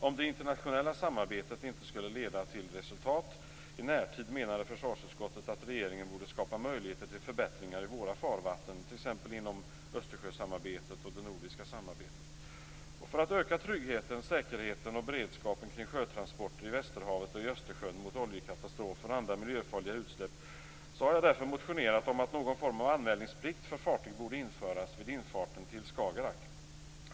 Om det internationella samarbetet inte skulle leda till resultat i närtid menade försvarsutskottet att regeringen borde skapa möjligheter till förbättringar i våra farvatten, t.ex. inom Östersjösamarbetet och det nordiska samarbetet. För att öka tryggheten, säkerheten och beredskapen kring sjötransporter i västerhavet och i Östersjön när det gäller oljekatastrofer och andra miljöfarliga utsläpp, har jag därför motionerat om att någon form av anmälningsplikt för fartyg borde införas vid infarten till Skagerrak.